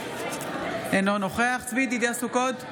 אינו נוכח צבי ידידיה סוכות,